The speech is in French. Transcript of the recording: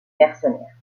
mercenaires